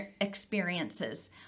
experiences